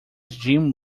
jim